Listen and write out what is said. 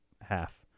half